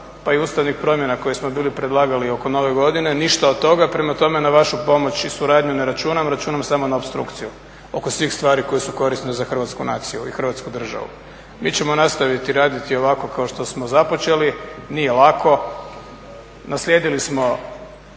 pa i ustavnih promjena koje smo bili predlagali oko nove godine ništa od toga. Prema tome na vašu pomoć i suradnju ne računam, računam samo na opstrukciju oko svih stvari koje su korisne za hrvatsku naciju i Hrvatsku državu. Mi ćemo nastaviti raditi ovako kao što smo započeli, nije lako, naslijedili smo